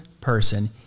person